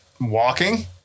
walking